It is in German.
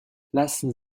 lassen